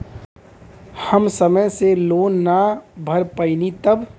हम समय से लोन ना भर पईनी तब?